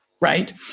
Right